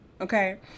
okay